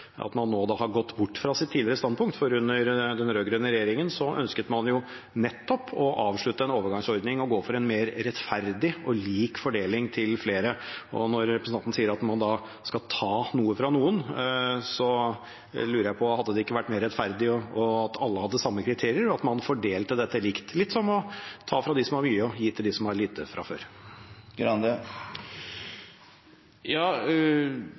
at man nå har gått bort fra sitt tidligere standpunkt, for under den rød-grønne regjeringen ønsket man nettopp å avslutte en overgangsordning og gå for en mer rettferdig og lik fordeling til flere. Når representanten sier at man skal ta noe fra noen, lurer jeg på om det ikke hadde vært mer rettferdig at alle hadde samme kriterier, og at man fordelte dette likt – litt som å ta fra dem som har mye og gi til dem som har lite fra før.